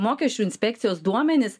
mokesčių inspekcijos duomenis